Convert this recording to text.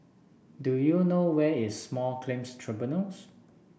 do you know where is Small Claims Tribunals